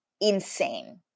insane